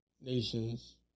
nations